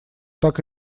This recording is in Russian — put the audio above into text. так